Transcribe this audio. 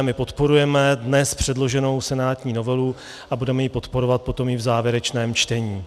My podporujeme dnes předloženou senátní novelu a budeme ji podporovat potom i v závěrečném čtení.